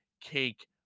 cake